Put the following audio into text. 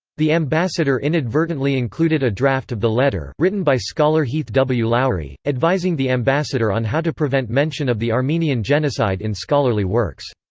the ambassador inadvertently included a draft of the letter, written by scholar heath w. lowry, advising the ambassador on how to prevent mention of the armenian genocide in scholarly works.